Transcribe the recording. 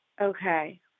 Okay